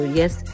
yes